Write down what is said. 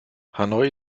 hanoi